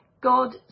God